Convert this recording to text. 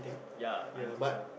ya I think so